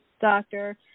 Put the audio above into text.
doctor